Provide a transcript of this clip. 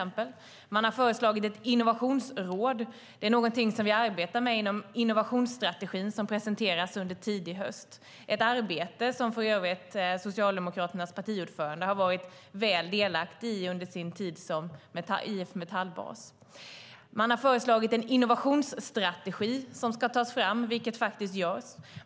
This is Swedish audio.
Man har föreslagit ett innovationsråd. Det är något som vi arbetar med inom innovationsstrategin, som presenteras under tidig höst. Det är för övrigt ett arbete som Socialdemokraternas partiordförande har varit delaktig i under sin tid som bas för IF Metall. Man har föreslagit en innovationsstrategi som ska tas fram, vilket faktiskt görs.